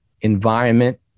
environment